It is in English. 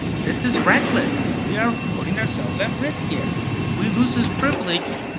this is reckless. we are putting ourselves at risk here. if we lose this privilege,